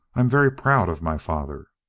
i'm very proud of my father.